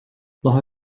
daha